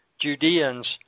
Judeans